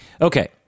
Okay